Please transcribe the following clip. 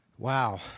Wow